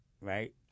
right